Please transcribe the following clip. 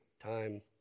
time